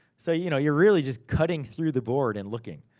so you know, you really just cutting through the board, and looking.